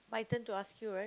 my turn to ask you right